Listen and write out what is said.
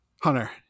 hunter